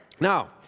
Now